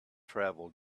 travel